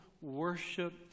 worship